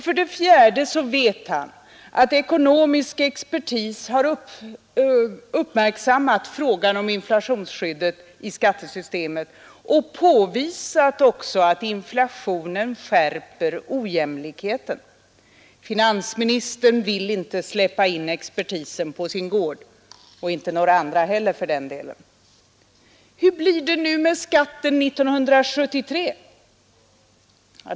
För det fjärde vet han att ekonomisk expertis uppmärksammat frågan om inflationsskyddet i skattesystemet och även påvisat att inflationen skärper ojämlikheten. Finansministern vill inte släppa in expertisen på sin gård — och inte några andra heller, för den delen. Hur blir det nu med skatten 1973?